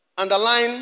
Underline